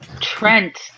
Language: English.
Trent